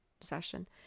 session